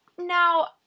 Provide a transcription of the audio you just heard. Now